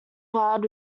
wild